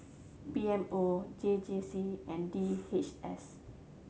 P M O J J C and D H S